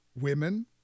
women